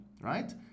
right